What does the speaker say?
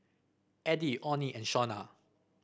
Addie Onnie and Shonna